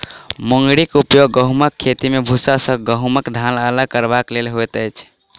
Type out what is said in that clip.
मुंगरीक उपयोग गहुमक खेती मे भूसा सॅ गहुमक दाना अलग करबाक लेल होइत छै